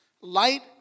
Light